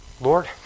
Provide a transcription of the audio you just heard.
Lord